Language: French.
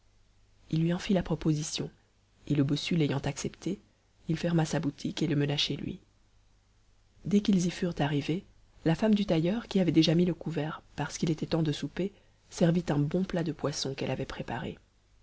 il lui en fit la proposition et le bossu l'ayant acceptée il ferma sa boutique et le mena chez lui dès qu'ils y furent arrivés la femme du tailleur qui avait déjà mis le couvert parce qu'il était temps de souper servit un bon plat de poisson qu'elle avait préparé